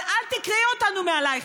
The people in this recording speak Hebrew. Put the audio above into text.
אבל אל תקרעי אותנו מעלייך,